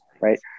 Right